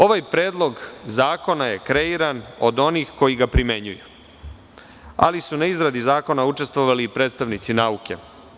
Ovaj predlog zakona je kreiran od onih koji ga primenjuju, ali su na izradi zakona učestvovali i predstavnici nauke.